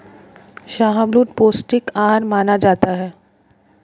शाहबलूत पौस्टिक आहार माना जाता है